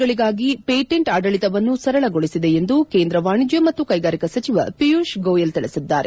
ಗಳಿಗಾಗಿ ಪೇಟೆಂಟ್ ಆಡಳಿತವನ್ನು ಸರಳಗೊಳಿಸಿದೆ ಎಂದು ಕೇಂದ್ರ ವಾಣಿಜ್ಯ ಮತ್ತು ಕೈಗಾರಿಕಾ ಸಚಿವ ಪಿಯೂಷ್ ಗೋಯಲ್ ತಿಳಿಸಿದ್ದಾರೆ